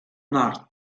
nord